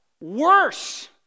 Worse